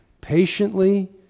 patiently